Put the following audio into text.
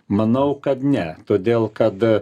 manau kad ne todėl kad